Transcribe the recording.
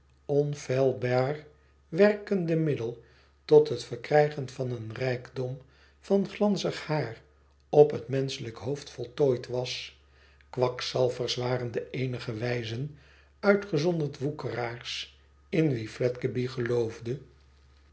werkende middel tot het verkrijgen van een rijkdom van glanzig haar op het menschelijk hoofd voltooid was kwakzalvers waren de eenige wijzen uitgezonderd woekeraars in wie fledgeby geloofde